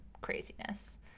craziness